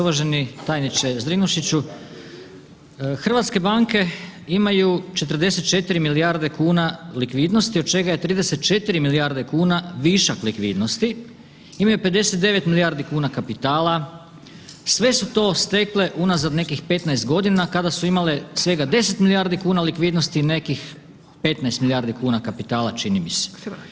Uvaženi tajniče Zrinušiću, hrvatske banke imaju 44 milijarde kuna likvidnosti od čega je 34 milijarde kuna višak likvidnosti, imaju 59 milijardi kuna kapitala sve su to stekle unazad nekih 15 godina kada su imale svega 10 milijardi kuna likvidnosti i nekih 15 milijardi kuna kapitala čini mi se.